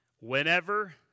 whenever